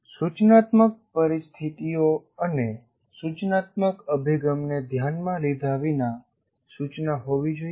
સૂચનાત્મક પરિસ્થિતિઓ અને સૂચનાત્મક અભિગમને ધ્યાનમાં લીધા વિના સૂચના હોવી જોઈએ